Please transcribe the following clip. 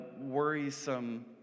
worrisome